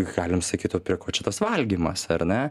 galim sakyt o prie ko čia tas valgymas ar ne